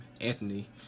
Anthony